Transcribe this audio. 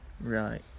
Right